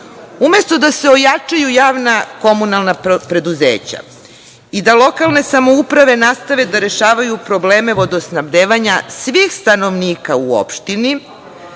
Umesto da se ojačaju javna komunalna preduzeća i da lokalne samouprave nastave da rešavaju probleme vodosnabdevanja svih stanovnika u opštini,